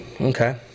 Okay